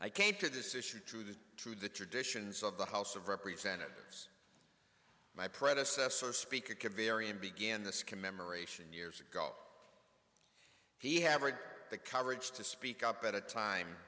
i came to this issue through the through the traditions of the house of representatives my predecessor speaker can vary and begin this commemoration years ago he havard the courage to speak up at a time